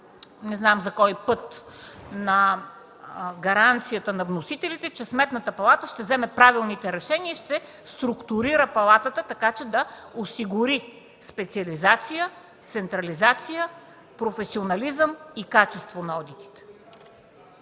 не знам за кой път, на гаранцията на вносителите, че Сметната палата ще вземе правилните решения и ще структурира палатата така, че да осигури специализация, централизация, професионализъм и качество на одитите.